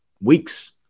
weeks